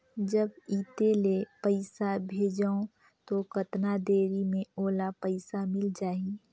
जब इत्ते ले पइसा भेजवं तो कतना देरी मे ओला पइसा मिल जाही?